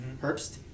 Herbst